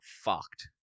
fucked